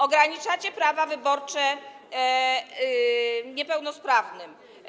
Ograniczacie prawa wyborcze niepełnosprawnym.